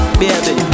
baby